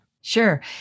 sure